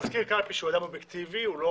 מזכיר קלפי שהוא אדם אובייקטיבי,